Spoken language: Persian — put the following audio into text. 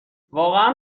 واقعا